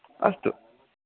अस्तु